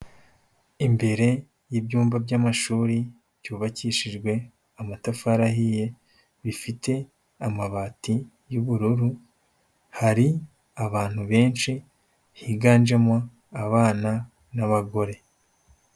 Imbere y'ibyumba by'amashuri byubakishijwe amatafari ahiye, bifite amabati y'ubururu, hari abantu benshi higanjemo abana n'abagore.